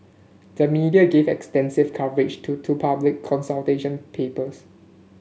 the media gave extensive coverage to two public consultation papers